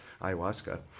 ayahuasca